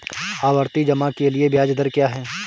आवर्ती जमा के लिए ब्याज दर क्या है?